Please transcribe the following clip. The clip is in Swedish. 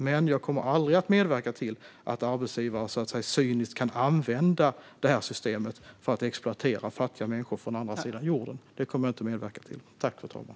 Men jag kommer aldrig att medverka till att arbetsgivare cyniskt kan använda det här systemet för att exploatera fattiga människor från andra sidan jorden.